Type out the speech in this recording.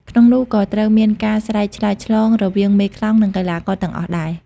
ក្នុងនោះក៏ត្រូវមានការ ស្រែកឆ្លើយឆ្លង រវាងមេខ្លោង និងកីឡាករទាំងអស់ដែរ។